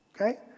Okay